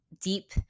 deep